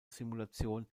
simulation